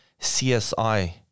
CSI